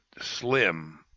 slim